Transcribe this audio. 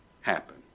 happen